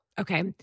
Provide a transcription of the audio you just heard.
Okay